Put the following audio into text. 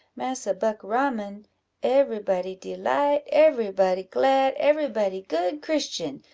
massa buckraman every body delight every body glad every body good christian,